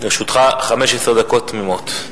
לרשותך 15 דקות תמימות.